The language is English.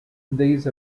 these